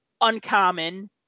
uncommon